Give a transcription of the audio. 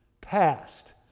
passed